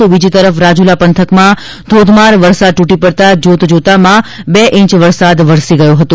તો બીજી તરફ રાજુલા પંથકમાં ધોધમાર વરસાદ તુટી પડતા જોતજોતામાં બે ઇંચ વરસાદ વરસી ગયો હતો